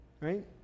right